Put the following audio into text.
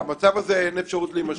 למצב הזה אין אפשרות להימשך.